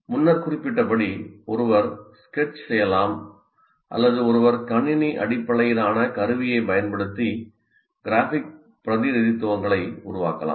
முன்னர் குறிப்பிட்டபடி ஒருவர் ஸ்கெட்ச் செய்யலாம் அல்லது ஒருவர் கணினி அடிப்படையிலான கருவியைப் பயன்படுத்தி கிராஃபிக் பிரதிநிதித்துவங்களை உருவாக்கலாம்